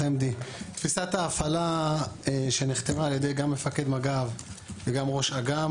תפיסת ההפעלה שנחתמה על ידי גם מפקד מג"ב וגם ראש אג"מ